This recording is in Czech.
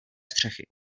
střechy